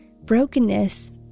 brokenness